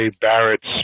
Barrett's